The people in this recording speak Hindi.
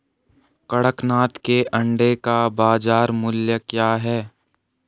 कड़कनाथ के अंडे का बाज़ार मूल्य क्या है?